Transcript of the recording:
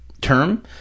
term